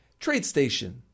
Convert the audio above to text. TradeStation